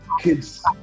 kids